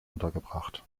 untergebracht